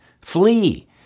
flee